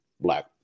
black